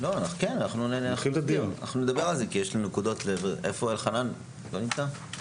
אנחנו מזכירים שהלימודים החלו לא מכבר,